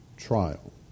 trial